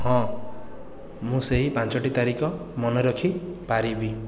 ହଁ ମୁଁ ସେହି ପାଞ୍ଚଟି ତାରିଖ ମନେ ରଖିପାରିବି